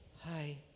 hi